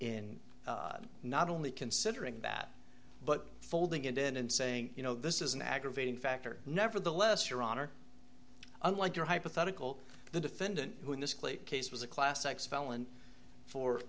in not only considering that but folding it in and saying you know this is an aggravating factor nevertheless your honor unlike your hypothetical the defendant who in this case was a class x felon for